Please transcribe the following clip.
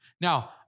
Now